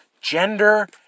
Gender